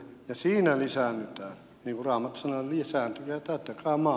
niin kuin raamattu sanoo lisääntykää ja täyttäkää maa